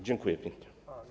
Dziękuję pięknie.